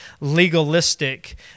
legalistic